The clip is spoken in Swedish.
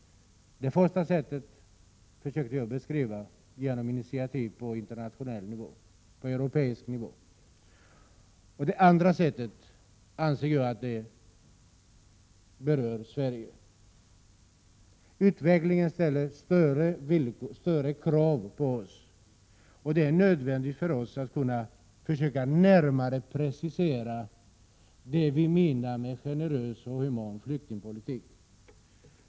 Det första sättet försökte jag beskriva: initiativ på internationell, europeisk nivå. Det andra sättet anser jag berör Sverige. Utvecklingen ställer större krav på oss, och det är nödvändigt för oss att kunna försöka närmare precisera vad vi menar med generös och human flyktingpolitik.